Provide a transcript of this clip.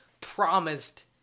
promised